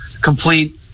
complete